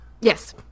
Yes